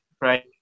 right